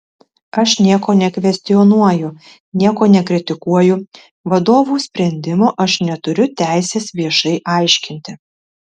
aš nieko nekvestionuoju nieko nekritikuoju vadovų sprendimo aš neturiu teisės viešai aiškinti